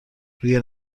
روی